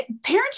parenting